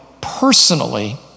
personally